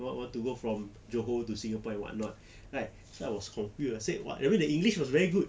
what want to go from johor to singapore and whatnot right so I was confused I say what I mean the english was very good